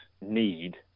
need